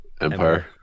empire